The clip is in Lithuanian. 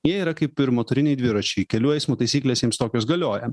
jie yra kaip ir motoriniai dviračiai kelių eismo taisyklės jiems tokios galioja